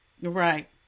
Right